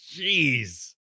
Jeez